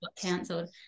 cancelled